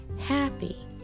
happy